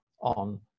on